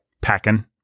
packing